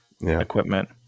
equipment